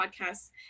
podcasts